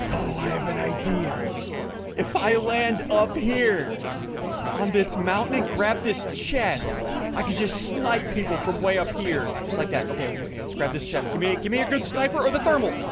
i have an idea if i land up here on this mountain and grab this chest i could just snipe people from way up here just like that. okay okay, let's grab this chest. give me give me a good sniper or the thermal